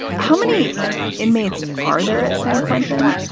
how many inmates are there at san quentin?